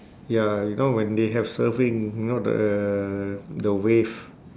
ya if not when they have surfing you know the the wave